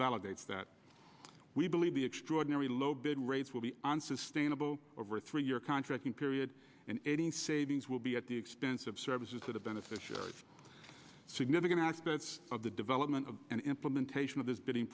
validates that we believe the extraordinary low bid rates will be unsustainable over a three year contract period and any savings will be at the expense of services to the beneficiaries of significant aspects of the development of and implementation of this bidding